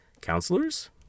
counselors